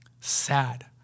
sad